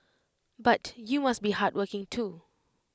but you must be hardworking too